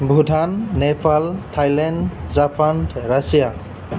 Russia Nepal Thailand Japan Russia